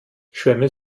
schwämme